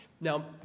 Now